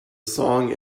song